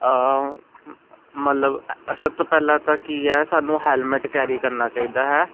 ਮਤਲਬ ਸਭ ਤੋਂ ਪਹਿਲਾਂ ਤਾਂ ਕੀ ਹੈ ਸਾਨੂੰ ਹੈਲਮੈਟ ਕੈਰੀ ਕਰਨਾ ਚਾਹੀਦਾ ਹੈ